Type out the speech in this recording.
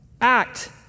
act